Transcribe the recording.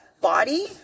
body